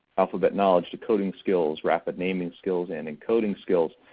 alphabet knowledge, decoding skills, rapid naming skills, and encoding skills.